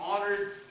honored